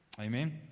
Amen